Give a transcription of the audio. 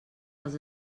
els